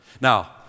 Now